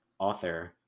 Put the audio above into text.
author